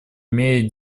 имеет